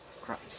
Christ